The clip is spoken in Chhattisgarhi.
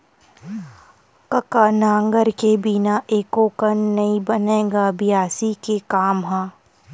कका नांगर के बिना एको कन नइ बनय गा बियासी के काम ह?